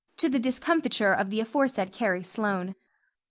to the discomfiture of the aforesaid carrie sloane.